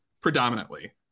predominantly